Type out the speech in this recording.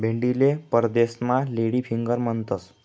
भेंडीले परदेसमा lady finger म्हणतंस